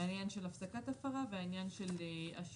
העניין של הפסקת ההפרה והעניין של השיעור